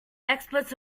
experts